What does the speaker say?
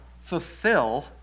fulfill